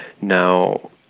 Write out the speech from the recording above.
Now